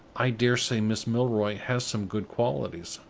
i dare say miss milroy has some good qualities,